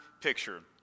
picture